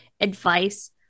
advice